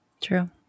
True